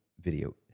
video